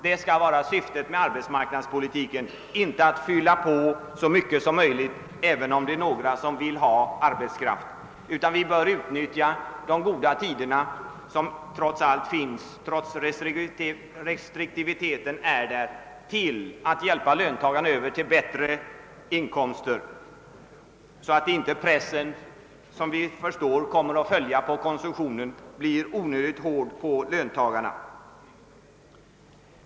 Det skall vara syftet med arbetsmarknadspolitiken, inte att fylla på så mycket som möjligt, om det är några som vill ha arbetskraft. Vi bör utnyttja de goda tider som trots allt finns, trots restriktiviteten, till att hjälpa löntagarna över till bättre inkomster, så att inte pressen på konsumtionen blir onödigt hög på löntagarna.